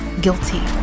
guilty